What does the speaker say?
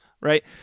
right